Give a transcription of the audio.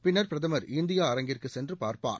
பின்னர் பிரதமர் இந்தியா அரங்கிற்கு சென்று பார்ப்பார்